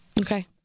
Okay